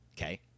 Okay